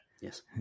Yes